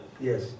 Yes